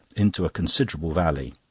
into a considerable valley.